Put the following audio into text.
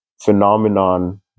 phenomenon